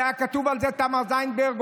היה כתוב על זה: תמר זנדברג,